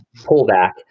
pullback